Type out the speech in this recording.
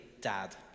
dad